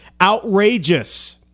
Outrageous